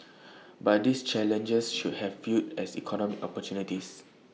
but these challenges should have viewed as economic opportunities